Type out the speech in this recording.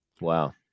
Wow